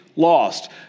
lost